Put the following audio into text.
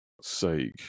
sake